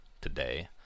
today